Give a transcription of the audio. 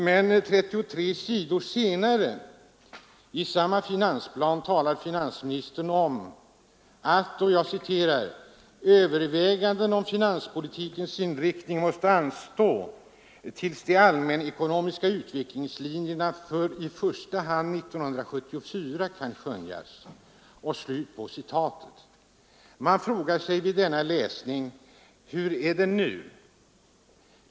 Men 33 sidor senare i samma finansplan talar finansministern om att ”överväganden om finanspolitikens inriktning måste anstå tills de allmänekonomiska utvecklingslinjerna för i första hand 1974 kan skönjas”. När man läser detta frågar man sig: Hur är det nu?